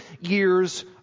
years